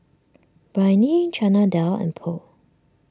Biryani Chana Dal and Pho